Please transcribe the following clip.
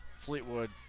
Fleetwood